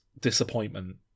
disappointment